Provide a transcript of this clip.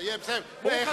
אתה טועה.